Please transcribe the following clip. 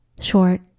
short